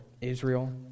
Israel